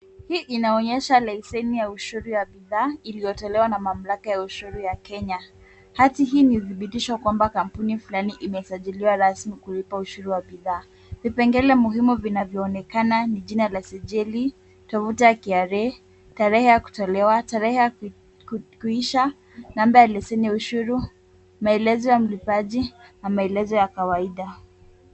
Hii inaonyesha leseni ya ushuru ya bidhaa iliyotolewa na mamlaka ya ushuru ya Kenya. Hati hii ni uthibitisho kwamba kampuni fulani imesajiliwa rasmi kulipa ushuru wa bidhaa. Vipengele muhimu vinavyoonekana ni jina la sijili, tovuti ya KRA, tarehe ya kutolewa, tarehe ya kuisha, namba ya leseni ya ushuru, maelezo ya mlipaji, na maelezo ya kawaida.